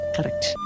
Correct